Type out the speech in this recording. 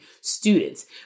students